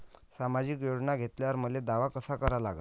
सामाजिक योजना घेतल्यावर मले दावा कसा करा लागन?